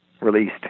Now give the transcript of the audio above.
released